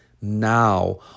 now